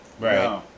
Right